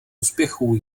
úspěchů